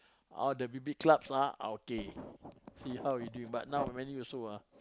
all the big big clubs lah okay see how they doing but now many also ah